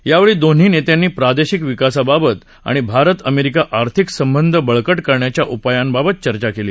यावेळी दोन्ही नेत्यांनी प्रादेशिक विकासाबाबत आणि भारत अमेरिका आर्थिक संबंध बळकट करण्याच्या उपायांबाबत चर्चा केली